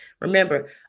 Remember